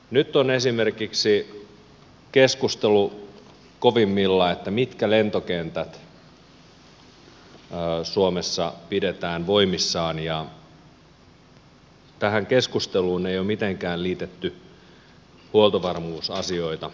nyt on esimerkiksi kovimmillaan keskustelu siitä mitkä lentokentät suomessa pidetään voimissaan ja tähän keskusteluun ei ole mitenkään liitetty huoltovarmuusasioita maanpuolustuksellisia asioita